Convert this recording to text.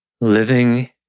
living